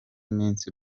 iminsi